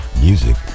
Music